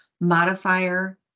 modifier